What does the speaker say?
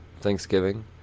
Thanksgiving